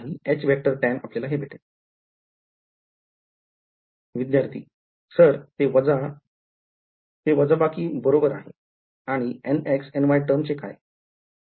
५२ पाहणे ते वजाबाकी असेल बरोबर आणि nxny टर्म चे काय